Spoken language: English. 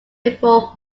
before